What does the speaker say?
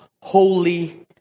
holy